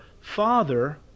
father